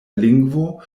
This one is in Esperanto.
lingvo